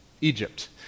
Egypt